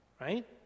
right